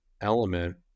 element